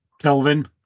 Kelvin